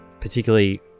particularly